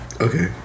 Okay